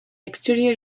exterior